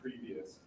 Previous